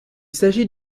s’agit